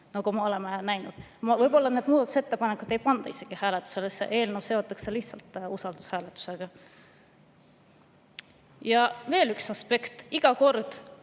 nagu me oleme näinud. Võib-olla neid muudatusettepanekuid ei pandagi hääletusele, eelnõu seotakse lihtsalt usaldushääletusega. Ja veel üks aspekt. Iga kord,